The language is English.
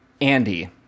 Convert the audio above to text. Andy